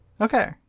Okay